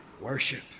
worship